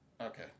Okay